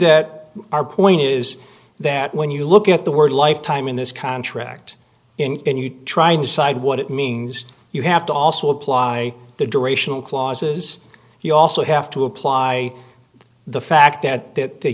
that our point is that when you look at the word lifetime in this contract and you try and decide what it means you have to also apply the durational clauses you also have to apply the fact that that